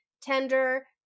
Tender